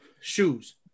shoes